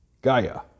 Gaia